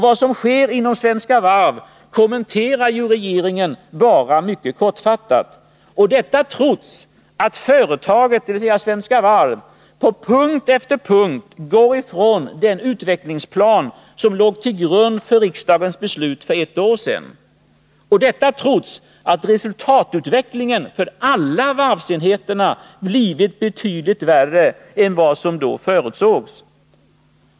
Vad som sker inom Svenska Varv kommenterar regeringen bara mycket kortfattat, och detta trots att Svenska Varv på punkt efter punkt går ifrån den utvecklingsplan som låg till grund för riksdagens beslut för ett år sedan och trots att resultatutvecklingen för alla varvsenheter blivit betydligt sämre än vad som då förutsågs.